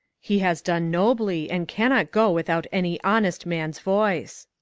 he has done nobly, and cannot go without any honest man's voice.